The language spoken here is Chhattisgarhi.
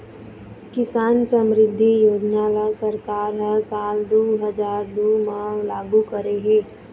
किसान समरिद्धि योजना ल सरकार ह साल दू हजार दू म लागू करे हे